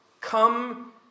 Come